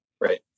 Right